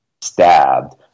stabbed